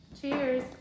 Cheers